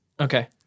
okay